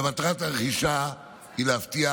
ומטרת הרכישה היא להבטיח